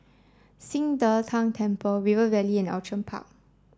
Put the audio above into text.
Qing De Tang Temple River Valley and Outram Park